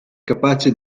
capace